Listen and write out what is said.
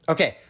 Okay